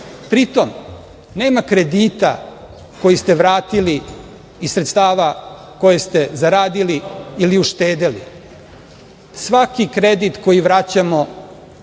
kredite. Pritom, nema kredita koji ste vratili iz sredstava koje ste zaradili ili uštedeli. Svaki kredit koji vraćamo